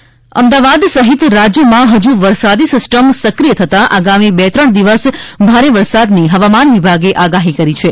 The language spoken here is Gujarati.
વરસાદ મનોરમા મોહંતી અમદાવાદ સહિત રાજ્યમાં ફજુ વરસાદી સીસ્ટમ સક્રિય થતાં આગામી બે ત્રણ દિવસ ભારે વરસાદની હવામાન વિભાગે આગાહી કરી છે